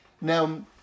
Now